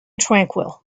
tranquil